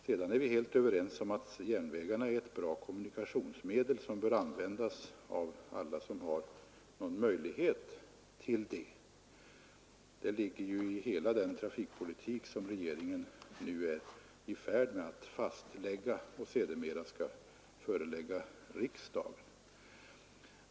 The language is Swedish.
Sedan är vi helt överens om att järnvägarna är ett bra kommunikationsmedel, som bör användas av alla som har möjlighet till det, och det ligger också i hela den nya trafikpolitik som regeringen nu står i begrepp att fastlägga och som sedermera kommer att föreläggas riksdagen.